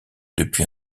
depuis